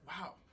wow